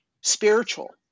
spiritual